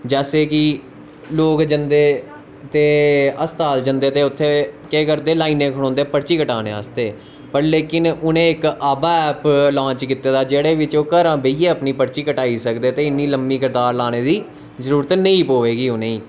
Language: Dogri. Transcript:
जैसे कि लोक जंदे ते अस्ताल जंदे ते उत्थै केह् करदे लाइनें च खड़ोंदे पर्ची कटाने आस्ते पर लेकिन उन आवा ऐप लांच कित्ते दा जेह्ड़े मरीज अपने घरां बेइये पर्ची कटाई सकदे ते इ'न्नी लम्मी कतार च लगने दी जरूरत नेई पौग उ'नेंगी